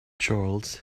charles